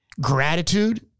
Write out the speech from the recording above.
gratitude